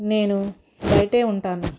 నేను బయటే ఉంటాను